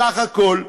בסך הכול,